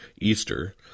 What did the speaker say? Easter